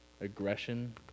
aggression